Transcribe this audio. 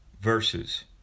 verses